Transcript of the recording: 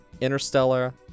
interstellar